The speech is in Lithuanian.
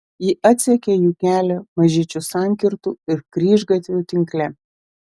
ji atsekė jų kelią mažyčių sankirtų ir kryžgatvių tinkle